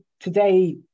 today